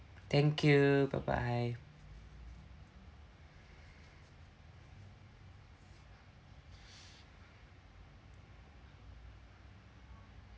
thank you bye bye